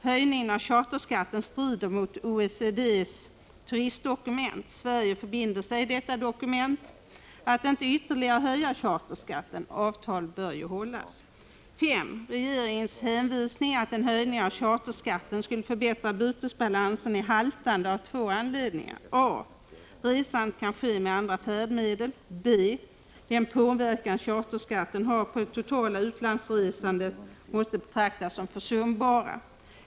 Höjningen av charterskatten strider mot OECD:s turistdokument. Sverige förbinder sig i detta dokument att inte ytterligare höja charterskatten. Avtal bör hållas. 5. Regeringens hänvisning till att en höjning av charterskatten skulle förbättra bytesbalansen är haltande av två anledningar: resandet kan ske med andra färdmedel, och den påverkan charterskatten har på det totala utlandsresandet måste betraktas som försumbar.